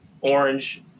orange